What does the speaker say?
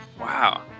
wow